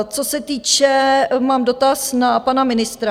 Co se týče mám dotaz na pana ministra.